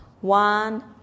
One